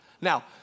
Now